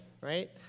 right